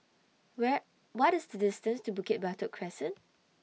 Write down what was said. Where What IS The distance to Bukit Batok Crescent